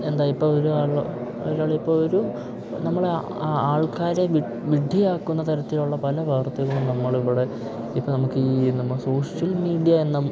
എന്താ ഇപ്പോൾ ഒരാള് ഒരാളിപ്പോൾ ഒരു നമ്മള് ആ ആൾക്കാരെ വി വിഡ്ഢിയാക്കുന്ന തരത്തിലുള്ള പല പ്രവൃത്തികളും നമ്മളിവിടെ ഇപ്പോൾ നമുക്ക് ഈ നമ്മൾ സോഷ്യൽ മീഡിയ എന്ന